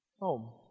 Home